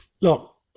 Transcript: look